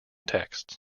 texts